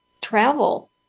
travel